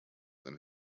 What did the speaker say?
than